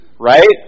right